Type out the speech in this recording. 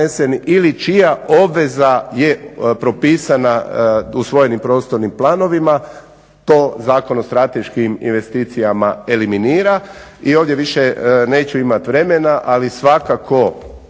ili čija obveza je propisana usvojenim prostornim planovima. To Zakon o strateškim investicijama eliminira i ovdje više neću imati vremena ali svakako